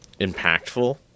impactful